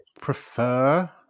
prefer